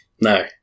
No